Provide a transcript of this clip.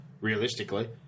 realistically